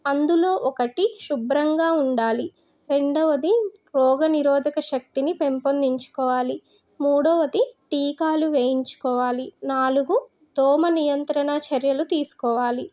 అందులో ఒకటి శుభ్రంగా ఉండాలి రెండవది రోగనిరోధక శక్తిని పెంపొందించుకోవాలి మూడోవది టీకాలు వేయించుకోవాలి నాలుగు దోమ నియంత్రణ చర్యలు తీసుకోవాలి